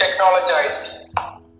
technologized